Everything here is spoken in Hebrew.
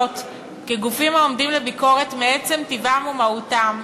כגופים העומדים לביקורת מעצם טיבם ומהותם,